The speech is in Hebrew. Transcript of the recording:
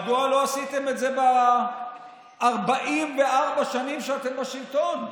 מדוע לא עשיתם את זה ב-44 השנים שאתם בשלטון?